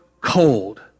cold